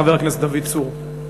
חבר הכנסת דוד צור.